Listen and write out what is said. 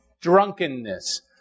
drunkenness